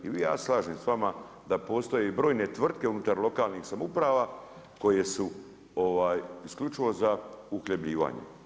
I ja se slažem s vama da postoje i brojne tvrtke unutar lokalnih samouprava koje su isključivo za uhljebljivanje.